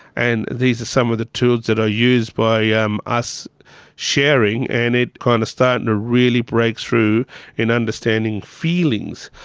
and these are some of the tools that are used by ah um us sharing and it kind of starting to really break through in understanding feelings.